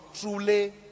truly